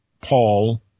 Paul